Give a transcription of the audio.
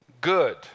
good